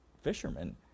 fishermen